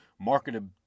marketed